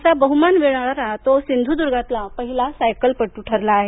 असा बहुमान मिळवणारा तो सिंधुदुर्गातला पहिला सायकलपटू ठरला आहे